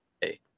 Hey